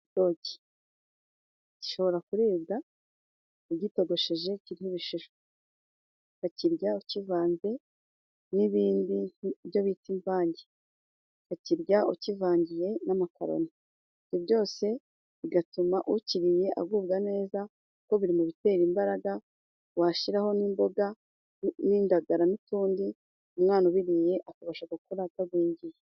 Igitoki gishobora kuribwa ugitogosheje kiriho ibishishwa ukakirya ukivanze n'ibindi byo bita imvange, ukirya ukivangiye n'amakaroni ibyo byose bigatuma ukiriye agubwa neza, kuko biri mu bitera imbaraga, washiraho n'imboga n'indagara n'utundi umwana ubiriye akabasha gukura atagwingiye.